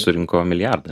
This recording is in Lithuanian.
surinko milijardą